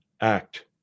Act